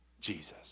Jesus